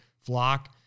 flock